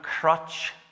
crutch